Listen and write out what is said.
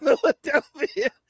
Philadelphia